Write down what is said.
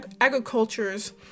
Agriculture's